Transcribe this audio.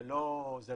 זה לא אנחנו,